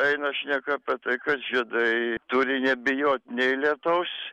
eina šneka apie tai kad žiedai turi nebijot nei lietaus